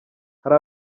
hari